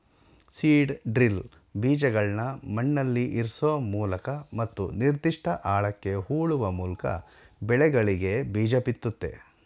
seed drill ಬೀಜಗಳ್ನ ಮಣ್ಣಲ್ಲಿಇರ್ಸೋಮೂಲಕ ಮತ್ತು ನಿರ್ದಿಷ್ಟ ಆಳಕ್ಕೆ ಹೂಳುವಮೂಲ್ಕಬೆಳೆಗಳಿಗೆಬೀಜಬಿತ್ತುತ್ತೆ